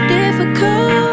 difficult